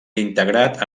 integrat